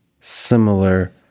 similar